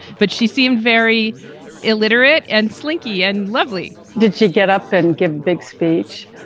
but she seemed very illiterate and slinky and lovely did she get up and give a big speech?